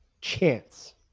chance